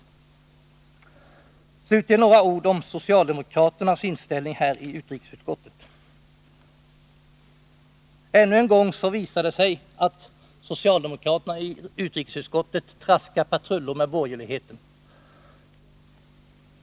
Slutligen vill jag säga några ord om den inställning som socialdemokraterna i utrikesutskottet har till den här frågan. Ännu en gång visar det sig att socialdemokraterna i utrikesutskottet traskar patrullo med borgerligheten.